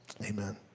amen